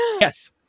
Yes